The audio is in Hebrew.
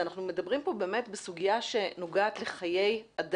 הייתה פה קריאה גם